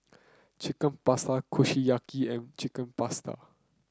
Chicken Pasta Kushiyaki and Chicken Pasta